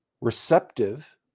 receptive